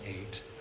eight